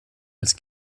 als